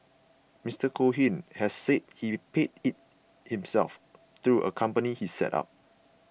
Mister Cohen has said he paid it himself through a company he set up